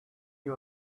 you